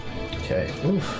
Okay